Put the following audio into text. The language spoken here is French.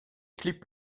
clips